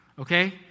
okay